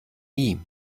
nie